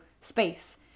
space